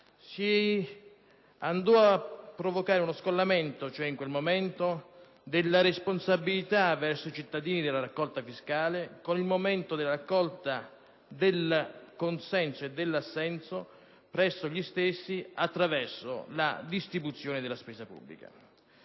momento si provocò uno scollamento tra il momento della responsabilità verso i cittadini della raccolta fiscale e quello della raccolta di consenso e dell'assenso presso gli stessi attraverso la distribuzione della spesa pubblica.